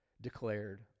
declared